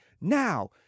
now